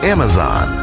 Amazon